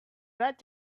red